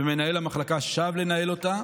ומנהל המחלקה שב לנהל אותה.